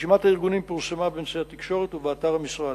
רשימת הארגונים פורסמה באמצעי התקשורת ובאתר המשרד.